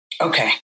Okay